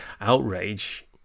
outrage